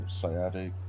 sciatic